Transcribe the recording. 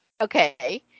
Okay